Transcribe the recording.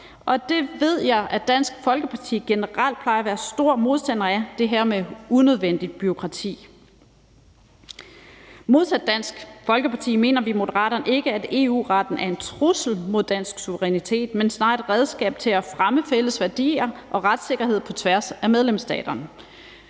det ved jeg Dansk Folkeparti generelt plejer at være store modstandere af, altså det her med unødvendigt bureaukrati. Modsat Dansk Folkeparti mener vi i Moderaterne ikke, at EU-retten er en trussel mod dansk suverænitet, men snarere et redskab til at fremme fælles værdier og retssikkerhed på tværs af medlemsstaterne.